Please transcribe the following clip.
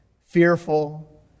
fearful